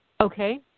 Okay